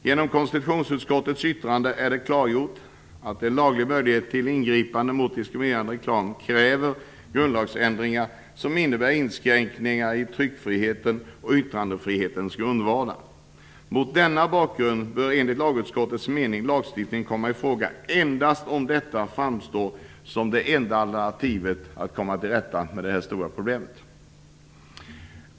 Genom konstitutionsutskottets yttrande är det klarlagt att en laglig möjlighet till ingripande mot diskriminerande reklam kräver grundlagsändringar som innebär inskränkningar i tryckfrihetens och yttrandefrihetens grundvalar. Mot denna bakgrund bör enligt lagutskottets mening lagstiftning komma i fråga endast om detta framstår som det enda alternativet för att komma till rätta med det här stora problemet.